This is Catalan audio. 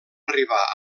arribar